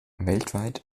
weltweit